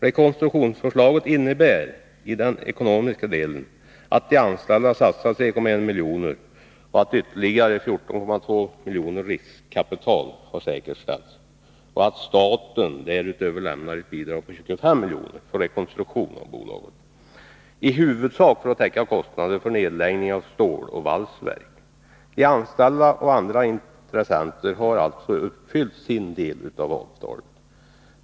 Rekonstruktionsförslaget innebär i den ekonomiska delen att de anställda satsar 3,1 milj.kr., att ytterligare 14,2 miljoner riskkapital har säkerställts och att staten därutöver lämnar ett bidrag på 25 miljoner för rekonstruktion av bolaget, i huvudsak för att täcka kostnader för nedläggning av ståloch valsverk. De anställda och andra intressenter har uppfyllt sin del av avtalet.